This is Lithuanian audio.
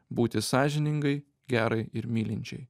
būti sąžiningai gerai ir mylinčiai